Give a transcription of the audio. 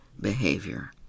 behavior